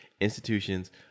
institutions